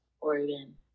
Oregon